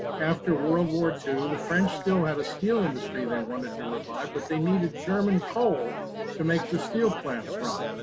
after world war two, the french still had a steel industry they wanted to revive, but they needed german coal to make the steel plants run,